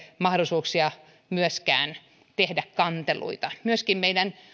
mahdollisuuksia myöskään tehdä kanteluita myöskin jos ajattelee